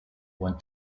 went